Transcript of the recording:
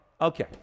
Okay